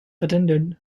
attended